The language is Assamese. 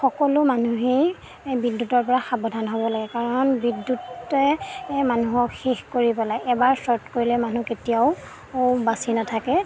সকলো মানুহেই বিদ্যুতৰপৰা সাৱধান হ'ব লাগে কাৰণ বিদ্যুতে মানুহক শেষ কৰি পেলায় এবাৰ চৰ্ট কৰিলে মানুহ কেতিয়াও বাচি নাথাকে